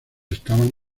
estaban